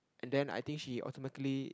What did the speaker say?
and then I think she automatically